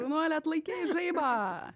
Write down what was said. jaunuole atlaikei žaibą